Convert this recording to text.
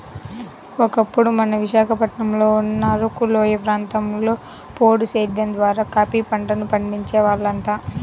ఒకప్పుడు మన విశాఖపట్నంలో ఉన్న అరకులోయ ప్రాంతంలో పోడు సేద్దెం ద్వారా కాపీ పంటను పండించే వాళ్లంట